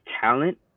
talent